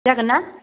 जागोन ना